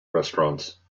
restaurants